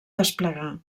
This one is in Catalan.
desplegar